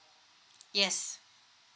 yes